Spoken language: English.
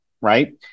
right